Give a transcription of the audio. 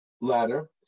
ladder